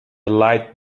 light